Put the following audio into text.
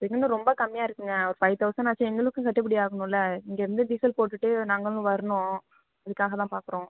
அதுக்குனு ரொம்ப கம்மியாக இருக்குதுங்க ஒரு ஃபைவ் தௌசண்ட் ஆச்சும் எங்களுக்கும் கட்டுபடி ஆகணும்ல இங்கேருந்து டீசல் போட்டுட்டு நாங்களும் வரணும் அதுக்காக தான் பார்க்குறோம்